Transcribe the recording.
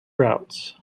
routes